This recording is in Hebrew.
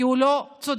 כי הוא לא צודק,